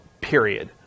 period